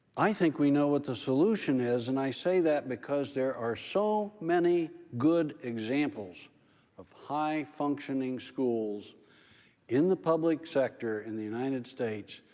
i think we know what the solution is. and i say that because there are so many good examples of high-functioning schools in the public sector in the united states,